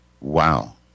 Wow